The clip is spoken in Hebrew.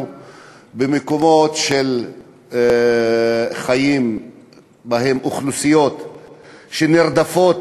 במקומות שחיות בהם אוכלוסיות שנרדפות